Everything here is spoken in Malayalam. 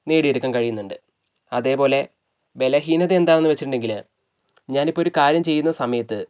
നേടിയെടുക്കാൻ കഴിയുന്നുണ്ട് അതേപോലെ ബലഹീനത എന്താണെന്ന് വെച്ചിട്ടുണ്ടെങ്കിൽ ഞാൻ ഇപ്പോൾ ഒരു കാര്യം ചെയ്യുന്ന സമയത്ത്